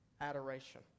adoration